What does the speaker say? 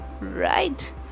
right